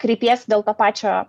kreipiesi dėl to pačio